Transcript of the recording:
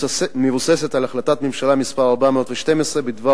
המבוססת על החלטת ממשלה מס' 412 בדבר